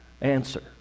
answer